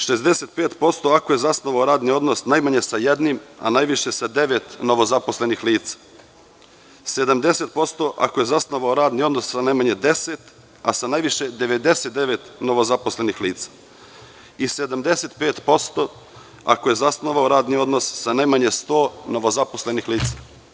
Dakle, 65% ako je zasnovao radni odnos najmanje sa jednim, a najviše sa devet novozaposlenih lica, 70% ako je zasnovao radni odnos sa najmanje 10, a sa najviše 99 novozaposlenih lica, 75% ako je zasnovao radni odnos sa najmanje 100 novozaposlenih lica.